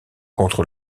contre